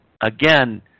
again